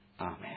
Amen